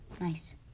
nice